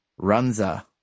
Runza